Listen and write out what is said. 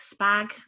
spag